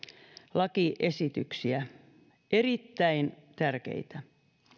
lakiesityksiä ne ovat erittäin tärkeitä